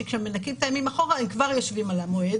שכשמנכים פעמים אחורה היא כבר יושבים על המועד